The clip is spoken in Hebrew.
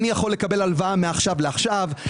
אני יכול לקבל הלוואה מעכשיו לעכשיו,